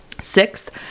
Sixth